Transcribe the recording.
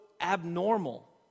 abnormal